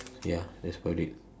ya that's about it